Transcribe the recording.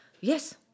Yes